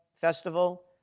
festival